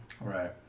right